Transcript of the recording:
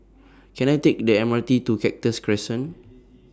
Can I Take The M R T to Cactus Crescent